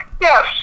Yes